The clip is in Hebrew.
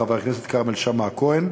חבר הכנסת כרמל שאמה-הכהן,